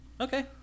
Okay